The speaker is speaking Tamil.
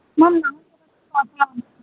மேம் நாங்கள் வந்து பார்க்கலாமா மேம்